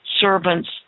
servants